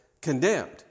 condemned